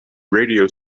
radio